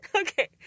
Okay